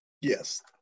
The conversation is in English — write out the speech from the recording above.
Yes